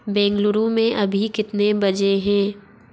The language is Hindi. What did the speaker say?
बेंगलुरु में अभी कितने बजे हैं